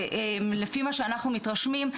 לפי מה שאנחנו מתרשמים,